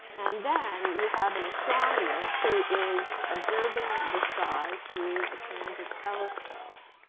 and then you have an astronomer who is observing the sky through a transit telescope.